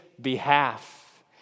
behalf